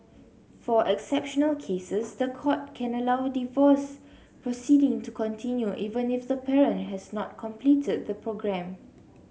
for exceptional cases the court can allow divorce proceedings to continue even if the parent has not completed the programme